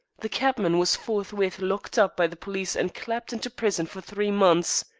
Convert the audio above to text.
the cabman was forthwith locked up by the police and clapped into prison for three months.